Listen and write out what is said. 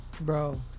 Bro